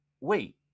Wait